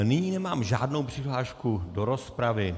Nyní nemám žádnou přihlášku do rozpravy.